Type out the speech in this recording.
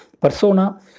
persona